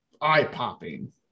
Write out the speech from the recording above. eye-popping